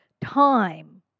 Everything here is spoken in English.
time